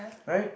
right